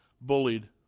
bullied